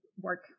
work